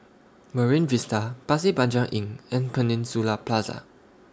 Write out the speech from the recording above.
Marine Vista Pasir Panjang Inn and Peninsula Plaza